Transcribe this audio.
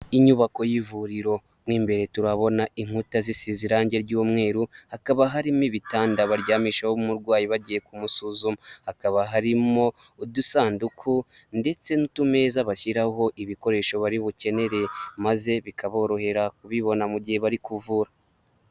Inyubako y'ivuriro mo imbere turabona inkuta zisize irangi ry'umweru, hakaba harimo ibitanda baryamishaho umurwayi bagiye kumusuzuma, hakaba harimo udusanduku ndetse n'utumeza bashyiraho ibikoresho bari bukenere, maze bikaborohera kubibona mu gihe bari kuvura.